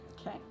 Okay